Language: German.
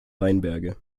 weinberge